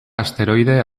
asteroide